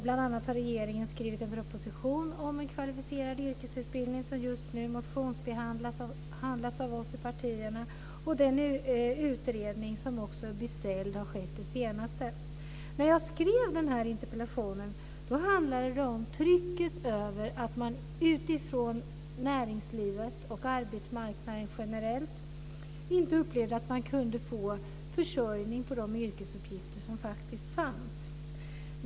Bl.a. har regeringen skrivit en proposition om en kvalificerad yrkesutbildning som just nu motionsbehandlas av oss i partierna, och den utredning som är beställd har också gjorts. När jag skrev den här interpellationen handlade det om att man från näringslivet och arbetsmarknaden generellt inte upplevde att man kunde få försörjning på de yrkesuppgifter som faktiskt fanns.